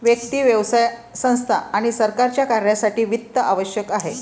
व्यक्ती, व्यवसाय संस्था आणि सरकारच्या कार्यासाठी वित्त आवश्यक आहे